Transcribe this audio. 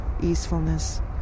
easefulness